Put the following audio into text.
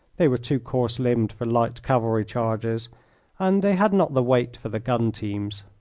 they were too coarse-limbed for light cavalry charges and they had not the weight for the gun-teams.